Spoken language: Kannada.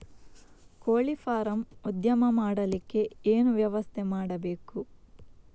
ಕೋಳಿ ಫಾರಂ ಉದ್ಯಮ ಮಾಡಲಿಕ್ಕೆ ಏನು ವ್ಯವಸ್ಥೆ ಮಾಡಬೇಕು?